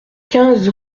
quinze